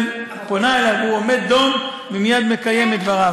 פונה אליו הוא עומד דום ומייד מקיים את דבריה.